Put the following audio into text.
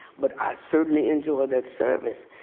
but i certainly enjoyed that service.